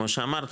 כמו שאמרת,